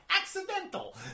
accidental